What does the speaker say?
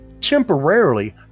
temporarily